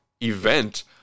event